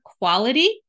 quality